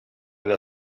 alle